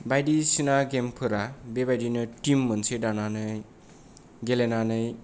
बायदिसिना गेमफोरा बेबायदिनो टीम मोनसे दानानै गेलेनानै